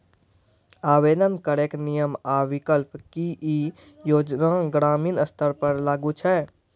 आवेदन करैक नियम आ विकल्प? की ई योजना ग्रामीण स्तर पर लागू छै?